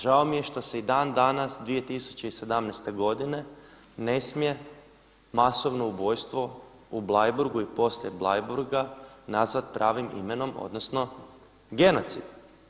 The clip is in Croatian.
Žao mi je što se i dan danas 2017. godine ne smije masovno ubojstvo u Bleiburgu i poslije Bleiburga nazvati pravim imenom odnosno genocid.